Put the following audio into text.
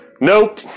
nope